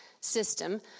system